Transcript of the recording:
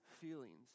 feelings